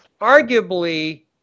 arguably